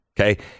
Okay